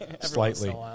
slightly